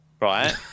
Right